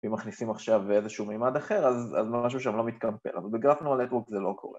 ‫ואם מכניסים עכשיו איזשהו מימד אחר, ‫אז משהו שם לא מתקמפל. ‫אבל בגרף neural networks זה לא קורה.